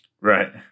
Right